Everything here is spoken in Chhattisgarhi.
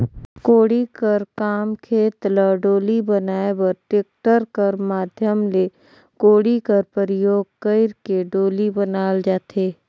कोड़ी कर काम खेत ल डोली बनाए बर टेक्टर कर माध्यम ले कोड़ी कर परियोग कइर के डोली बनाल जाथे